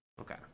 Okay